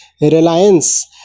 reliance